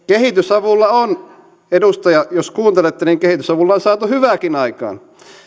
kehitysavulla on edustaja jos kuuntelette niin kehitysavulla on saatu hyvääkin aikaan